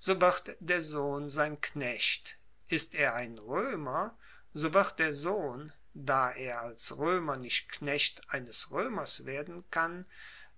so wird der sohn sein knecht ist er ein roemer so wird der sohn da er als roemer nicht knecht eines roemers werden kann